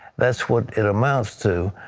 that is what it amounts to.